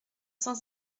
cent